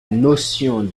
notion